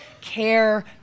care